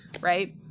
right